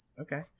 Okay